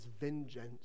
vengeance